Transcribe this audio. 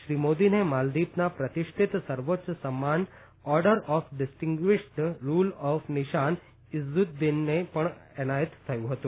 શ્રી મોદીને માલદિવના પ્રતિષ્ઠિત સર્વોચ્ય સન્માન Order of Distinguished Rule of Nishan ઇઝ્ઝૂદીને પણ એનાયત કરાયું હતું